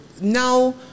Now